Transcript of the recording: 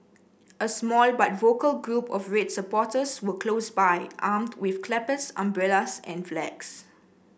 a small but vocal group of red supporters were close by armed with clappers umbrellas and flags